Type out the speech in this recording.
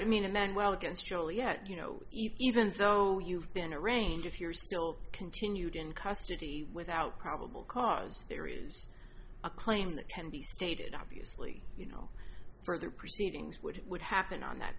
joliet you know even though you've been arraigned if you're still continued in custody without probable cause there is a claim that can be stated obviously you know further proceedings which would happen on that